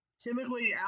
Typically